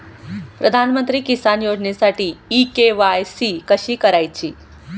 प्रधानमंत्री किसान योजनेसाठी इ के.वाय.सी कशी करायची?